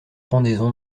pendaison